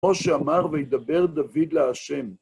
כמו שאמר וידבר דוד ל-ה'.